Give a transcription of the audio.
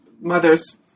mothers